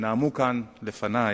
שנאמו כאן לפני,